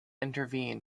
intervene